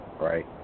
Right